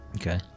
Okay